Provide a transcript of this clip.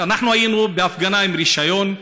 אנחנו היינו בהפגנה עם רישיון,